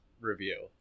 review